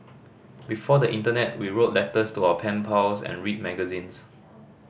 before the internet we wrote letters to our pen pals and read magazines